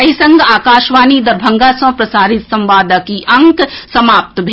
एहि संग आकाशवाणी दरभंगा सँ प्रसारित संवादक ई अंक समाप्त भेल